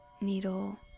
needle